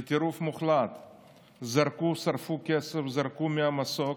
זה טירוף מוחלט, זרקו, שרפו כסף, זרקו מהמסוק: